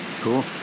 Cool